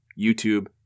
YouTube